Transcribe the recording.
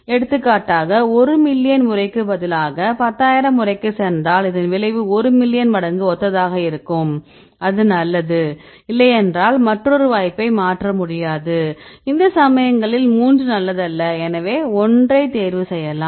எடுத்துக்காட்டாக ஒரு மில்லியன் முறைக்கு பதிலாக 10000 முறைக்கு சென்றால் இதன் விளைவு ஒரு மில்லியன் மடங்குக்கு ஒத்ததாக இருக்கும் அது நல்லது இல்லையென்றால் மற்றொரு வாய்ப்பை மாற்ற முடியாது இந்த சமயங்களில் 3 நல்லதல்ல எனவே ஒன்றை தேர்வு செய்யலாம்